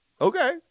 Okay